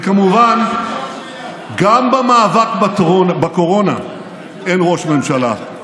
וכמובן, גם במאבק בקורונה אין ראש ממשלה.